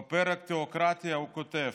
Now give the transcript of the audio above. בפרק "תיאוקרטיה" הוא כותב: